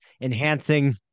enhancing